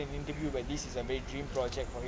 an interview that this is a big dream project for him